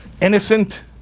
innocent